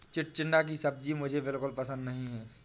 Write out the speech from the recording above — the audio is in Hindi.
चिचिण्डा की सब्जी मुझे बिल्कुल पसंद नहीं है